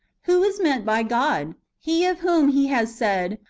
who is meant by god? he of whom he has said,